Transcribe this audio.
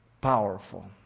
Powerful